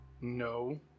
no